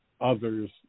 others